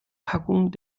packung